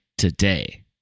today